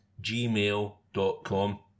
gmail.com